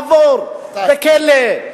לעבור בכלא,